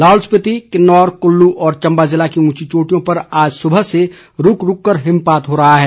लाहौल स्पीति किन्नौर कुल्लू और चम्बा ज़िले की ऊंची चोटियों पर आज सुबह से रूक रूक कर हिमपात हो रहा है